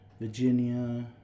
Virginia